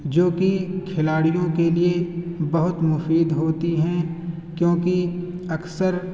جو کہ کھلاڑیوں کے لیے بہت مفید ہوتی ہیں کیوںکہ اکثر